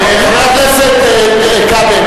חבר הכנסת כבל,